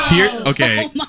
Okay